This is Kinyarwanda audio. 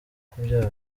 kubyara